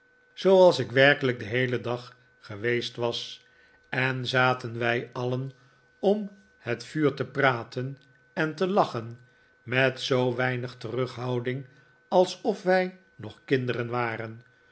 zooals ik werkelijk den heelen dag geweest was en zaten wij alien om het vuux te praten en te lachen met zoo weinig terughouding alsof wij nog kinderen waren